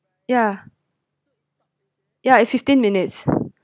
yeah yeah it fifteen minutes